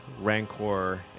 rancor